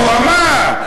הוא אמר,